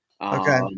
Okay